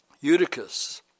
Eutychus